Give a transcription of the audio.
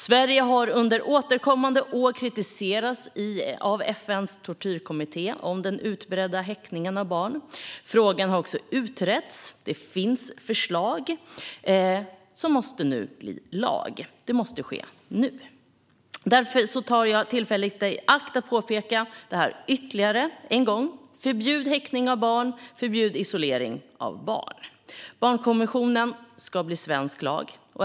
Sverige har under återkommande år kritiserats av FN:s tortyrkommitté för den utbredda häktningen av barn. Frågan har utretts. Det finns förslag som måste bli lag, och det måste ske nu. Därför tar jag tillfället i akt att påpeka detta ytterligare en gång: Förbjud häktning av barn! Förbjud isolering av barn! Barnkonventionen ska bli svensk lag.